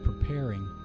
preparing